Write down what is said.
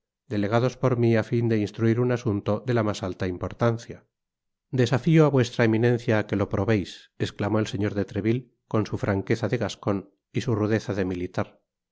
delegados por mi á fin de instruir un asunto de la mas alta importancia desafio á vuestra eminencia á que lo probeis esclamó el señor de treville con su franqueza de gascon y su rudeza de militar